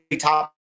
top